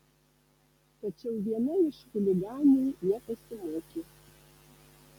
tačiau viena iš chuliganių nepasimokė